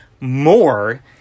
more